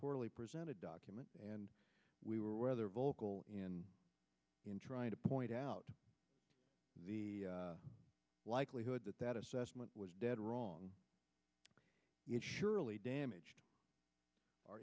poorly presented document and we were rather vocal in in trying to point out the likelihood that that assessment was dead wrong surely damage o